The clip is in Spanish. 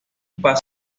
pasa